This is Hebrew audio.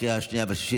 לקריאה השנייה והשלישית.